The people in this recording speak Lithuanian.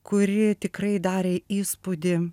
kuri tikrai darė įspūdį